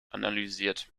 analysiert